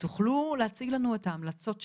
ותוכלו להציג לנו את ההמלצות שלכם.